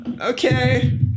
Okay